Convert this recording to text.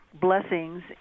blessings